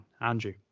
Andrew